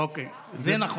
אוקיי, זה נכון.